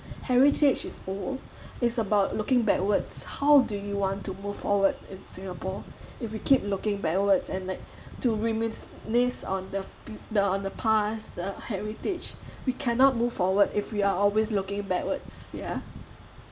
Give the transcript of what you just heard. heritage is old it's about looking backwards how do you want to move forward in singapore if you keep looking backwards and like to reminisce on the on the past the heritage we cannot move forward if we are always looking backwards ya